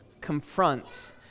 confronts